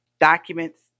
documents